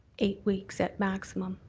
eight weeks at maximum.